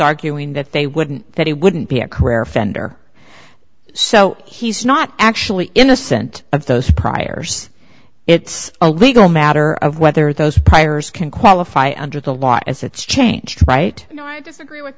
arguing that they wouldn't that he wouldn't be a career offender so he's not actually in the center of those priors it's a legal matter of whether those priors can qualify under the law as it's changed right now i disagree with